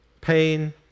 pain